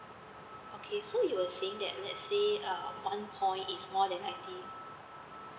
okay so you were saying that let's say uh one point is more than ninety